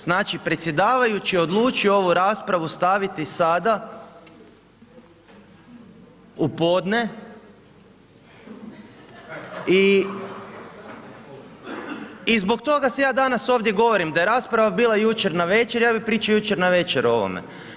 Znači predsjedavajući je odlučio ovu raspravu staviti sada, u podne i zbog toga se ja danas ovdje govorim, da je rasprava bila jučer navečer, ja bi pričao jučer navečer o ovome.